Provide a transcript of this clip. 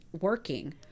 working